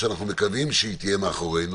שאנחנו מקווים שהיא תהיה מאחורינו,